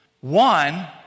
one